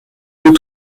deux